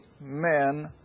men